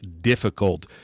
difficult